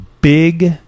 big